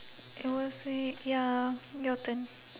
I will say ya so your turn